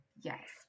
yes